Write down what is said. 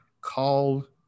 called